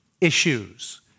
issues